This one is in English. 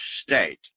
state